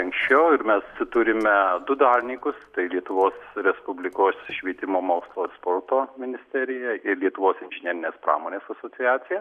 anksčiau ir mes turime du dalininkus tai lietuvos respublikos švietimo mokslo ir sporto ministerija ir lietuvos inžinerinės pramonės asociacija